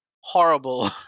horrible